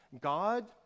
God